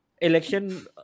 election